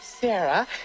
Sarah